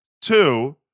Two